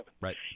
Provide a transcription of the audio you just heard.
right